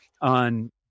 on